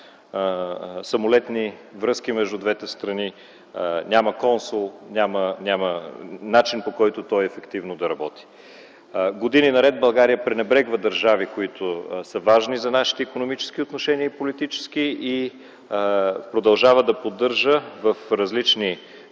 самолетните връзки между двете страни. Няма консул, няма начин, по който той ефективно да работи. Години наред България пренебрегва държави, важни за нашите икономически и политически отношения, и продължава да поддържа в различни